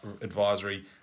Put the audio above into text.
advisory